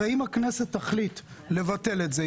הרי אם הכנסת תחליט לבטל את זה,